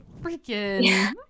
freaking